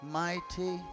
mighty